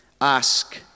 ask